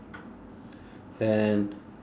and